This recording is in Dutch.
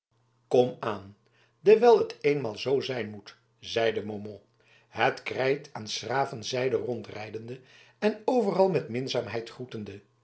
komaan dewijl het eenmaal zoo zijn moet zeide beaumont het krijt aan s graven zijde rondrijdende en overal met minzaamheid groetende